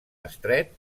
estret